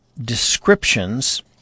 descriptions